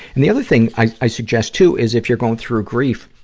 and the other thing i, i suggest, too, is if you're going through grief,